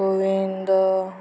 Govind